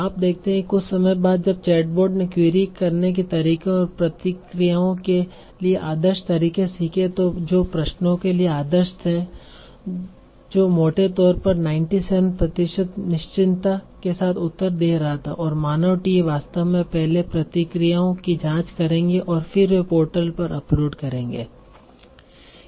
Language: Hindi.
आप देखते हैं कि कुछ समय बाद जब चैटबोट ने क्वेरी करने के तरीके और प्रतिक्रियाओं के लिए आदर्श तरीके सीखे जो प्रश्नों के लिए आदर्श थे जो मोटे तौर पर 97 प्रतिशत निश्चितता के साथ उत्तर दे रहा था और मानव टीए वास्तव में पहले प्रतिक्रियाओं की जांच करेंगे और फिर वे पोर्टल पर अपलोड करेंगे